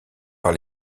par